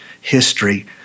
history